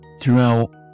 Throughout